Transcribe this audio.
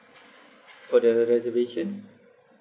for the reservation